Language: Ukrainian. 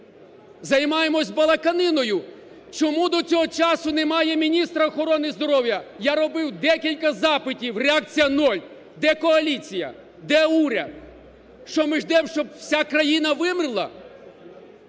Займаємось балаканиною. Чому до цього часу немає міністра охорони здоров'я? Я робив декілька запитів. Реакція – нуль. Де коаліція? Де уряд? Що ми ждемо, щоб вся країна вимерла?